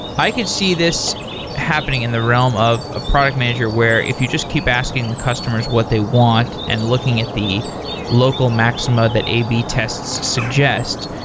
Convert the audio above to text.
i could see this happening in the realm of a product manager where if you just keep asking the customers what they want and looking at the local maxima that a b tests suggest,